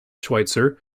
schweitzer